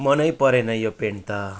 मनै परेन यो पेन्ट त